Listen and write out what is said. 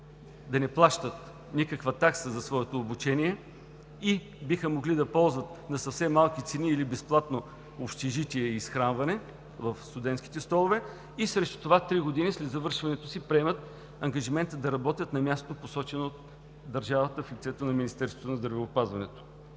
да не плащат никаква такса за своето обучение и биха могли да ползват на съвсем малки цени или безплатно общежития или изхранване в студентските столове и срещу това три години след завършването си поемат ангажимента да работят на място, посочено от държавата в лицето на Министерството на здравеопазването.